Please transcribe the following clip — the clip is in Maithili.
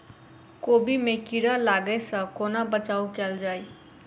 कोबी मे कीड़ा लागै सअ कोना बचाऊ कैल जाएँ?